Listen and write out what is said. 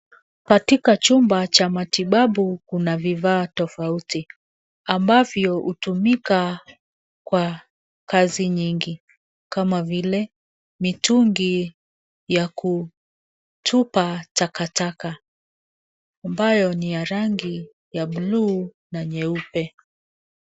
Katika chumba cha matibabu kuna vifaa tofauti. Ambavyo hutumika kwa kazi nyingi, kama vile mitungi ya kutupa takataka. Ambayo ni ya rangi ya bluu na nyeupe.